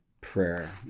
prayer